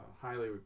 highly